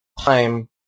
time